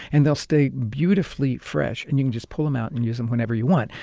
and they'll stay beautifully fresh. and you can just pull them out and use them whenever you want.